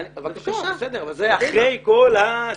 בסדר, אבל זה אחרי כל הסימפוזיון.